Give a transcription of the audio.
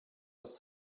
das